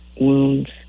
wounds